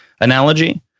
analogy